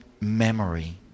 memory